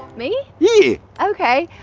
me. yeah, okay.